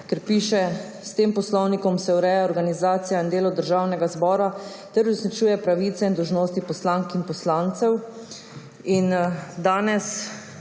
kjer piše: »S tem poslovnikom se ureja organizacija in delo državnega zbora ter uresničevanje pravic in dolžnosti poslank in poslancev.« Danes